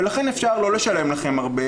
ולכן אפשר לא לשלם לכם הרבה,